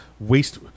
waste